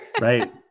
Right